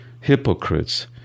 Hypocrites